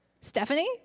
Stephanie